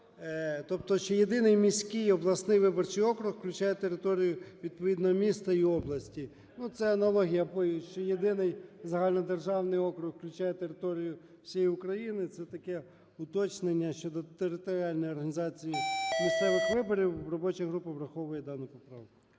Тобто, що єдиний міський обласний виборчий округ включає територію відповідного міста і області. Ну, це аналогія, що єдиний загальнодержавний округ включає територію всієї України, це таке уточнення щодо територіальної організації місцевих виборів. Робоча група враховує дану поправку.